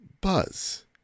buzz